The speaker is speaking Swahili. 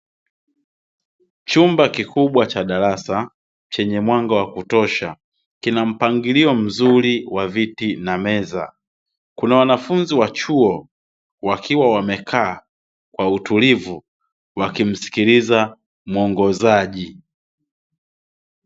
Chumba kikubwa cha darasa chenye mwanga wa kutosha, kina mpangilio mzuri wa viti na meza. Kuna wanafunzi wa chuo wakiwa wamekaa kwa utulivu wakimsikiliza muongozaji.